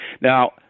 Now